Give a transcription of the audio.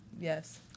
Yes